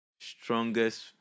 strongest